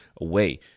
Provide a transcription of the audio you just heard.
away